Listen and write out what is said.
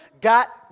got